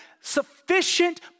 sufficient